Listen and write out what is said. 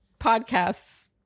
podcasts